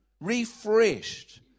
refreshed